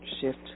shift